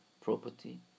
property